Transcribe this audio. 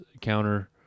counter